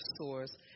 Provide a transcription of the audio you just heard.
source